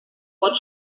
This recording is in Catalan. pot